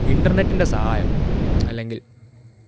ഇൻ്റെർനെറ്റിൻ്റെ സഹായം അല്ലെങ്കിൽ